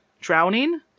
drowning